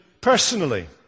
personally